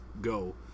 go